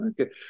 Okay